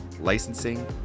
licensing